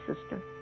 sister